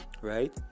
right